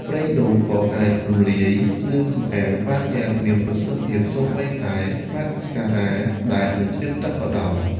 ប្រេងដូងក៏អាចរំលាយគ្រឿងសម្អាងបានយ៉ាងមានប្រសិទ្ធភាព សូម្បីតែម៉ាស្ការ៉ាដែលមិនជ្រាបទឹកក៏ដោយ។